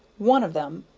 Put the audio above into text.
one of them,